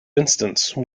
instance